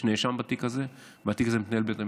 יש נאשם בתיק הזה והתיק הזה מתנהל בבית משפט.